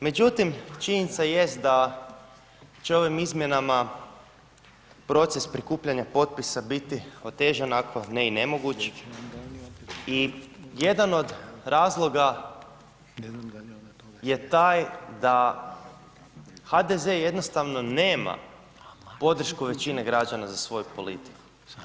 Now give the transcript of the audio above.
Međutim, činjenica jest da će ovim izmjenama proces prikupljanja potpisa biti otežan, ako ne i nemoguć i jedan od razloga je taj da HDZ jednostavno nema podršku većine građana za svoju politiku.